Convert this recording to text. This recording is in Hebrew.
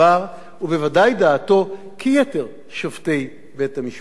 כיתר שופטי בית-המשפט העליון היום לשעבר.